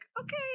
okay